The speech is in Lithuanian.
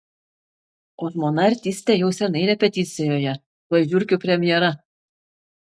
o žmona artistė jau seniai repeticijoje tuoj žiurkių premjera